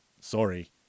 Sorry